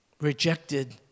rejected